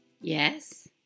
Yes